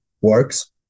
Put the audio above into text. works